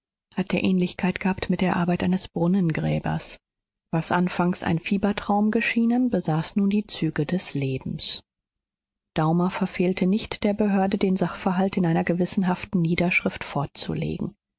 hatte ähnlichkeit gehabt mit der arbeit eines brunnengräbers was anfangs ein fiebertraum geschienen besaß nun die züge des lebens daumer verfehlte nicht der behörde den sachverhalt in einer gewissenhaften niederschrift vorzulegen